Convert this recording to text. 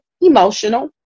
emotional